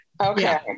Okay